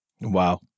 Wow